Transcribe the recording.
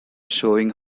showing